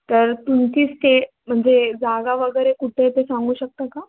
तर तुमची स्टे म्हणजे जागा वगैरे कुठे आहे ते सांगू शकता का